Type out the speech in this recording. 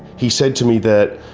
he said to me that